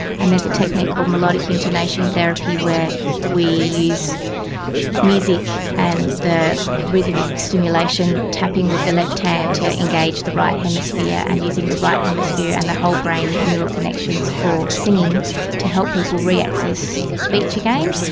and there's a technique called melodic intonation therapy where we use music and the rhythmic stimulation, tapping with the left-hand to engage the right hemisphere, and using the right hemisphere and the whole-brain neural connections for singing to help people re-access speech again.